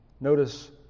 Notice